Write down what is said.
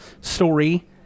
story